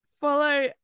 follow